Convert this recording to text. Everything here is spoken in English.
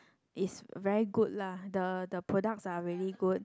is very good lah the the products are really good